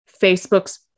Facebook's